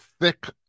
thick